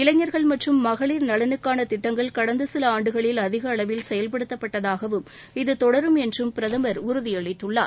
இளைஞர்கள் மற்றும் மகளிர் நலனுக்கான திட்டங்கள் கடந்த சில ஆண்டுகளில் அதிக அளவில் செயல்படுத்தப்பட்டதாகவும் இது தொடரும் என்றும் பிரதமர் உறுதியளித்துள்ளார்